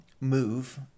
move